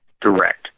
direct